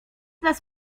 nas